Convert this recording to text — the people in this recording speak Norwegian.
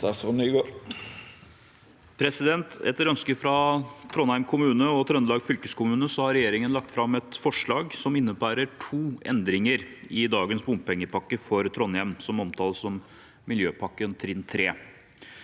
Etter ønske fra Trondheim kommune og Trøndelag fylkeskommune har regjeringen lagt fram et forslag som innebærer to endringer i dagens bompengepakke for Trondheim, som omtales som Miljøpakken trinn 3.